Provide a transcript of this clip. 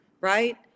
Right